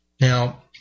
Now